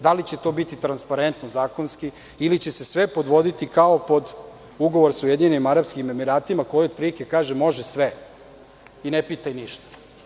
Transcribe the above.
Da li će to biti transparentno, zakonski ili će se sve podvoditi kao pod Ugovor sa UAE koji otprilike kaže -može sve i ne pitaj ništa?